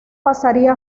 pasaría